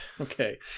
okay